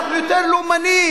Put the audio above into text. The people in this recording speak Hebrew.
אנחנו יותר לאומנים,